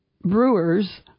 brewers